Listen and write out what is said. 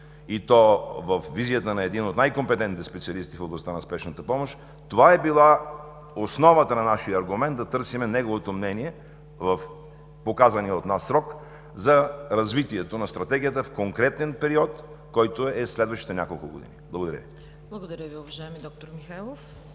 и то във визията на един от най-компетентните специалисти в областта на спешната помощ. Това е била основата на нашия аргумент да търсим неговото мнение в показания от нас срок за развитието на Стратегията в конкретен период, който е следващите няколко години. Благодаря Ви. ПРЕДСЕДАТЕЛ ЦВЕТА КАРАЯНЧЕВА: Благодаря Ви, уважаеми д-р Михайлов.